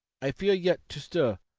i fear yet to stir.